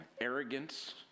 arrogance